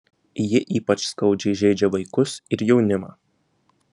ji ypač skaudžiai žeidžia vaikus ir jaunimą